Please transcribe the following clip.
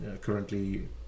currently